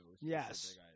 Yes